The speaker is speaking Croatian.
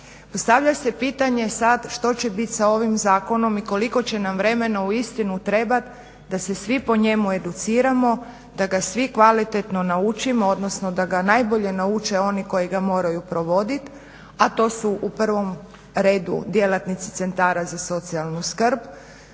Postavlja se pitanje sada što će biti sa ovim zakonom i koliko će nam vremena uistinu trebati da se svi po njemu educiramo, da ga svi kvalitetno naučimo odnosno da ga najbolje nauče oni koji ga moraju provoditi, a to su u prvom redu djelatnici centara za socijalnu skrb,